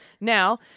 Now